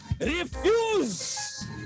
refuse